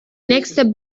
nächste